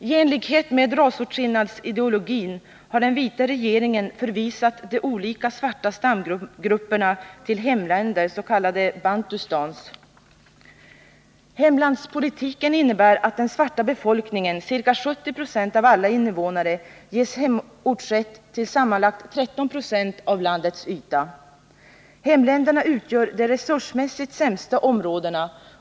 I enlighet med rasåtskillnadsideologin har den vita regeringen förvisat de olika svarta stamgrupperna till ”hemländer”, s.k. bantustans. Hemlandspolitiken innebär att den svarta befolkningen, ca 70 26 av alla invånare, ges hemortsrätt till sammanlagt 13 26 av landets yta. Hemländerna utgör de resursmässigt sämsta områdena.